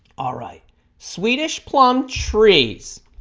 all right swedish plum trees